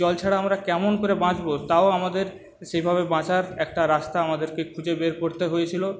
জল ছাড়া আমরা কেমন করে বাঁচবো তাও আমাদের সেভাবে বাঁচারা একটা রাস্তা আমাদেরকে খুঁজে বের করতে হয়েছিলো